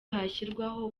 hashyirwaho